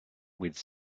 with